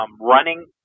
running